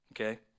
okay